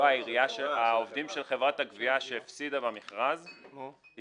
העובדים של חברת הגבייה שהפסידה במכרז היא